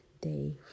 day